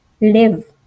live